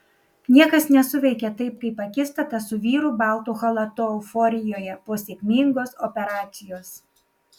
niekas nesuveikė taip kaip akistata su vyru baltu chalatu euforijoje po sėkmingos operacijos